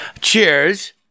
Cheers